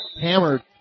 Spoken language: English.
hammered